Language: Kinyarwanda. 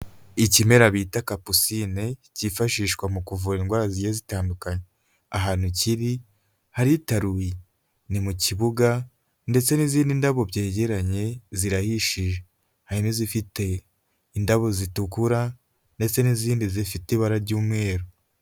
Ikimera bita kapusine kifashishwa mu kuvura indwara zigiye zitandukanye; ahantu kiri haritaruye, ni mu kibuga ndetse n'izindi ndabo byegeranye zirahishije; hari n'izifite indabo zitukura ndetse n'izindi zifite ibara ry'umweru.